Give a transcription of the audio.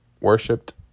worshipped